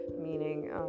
meaning